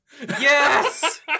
Yes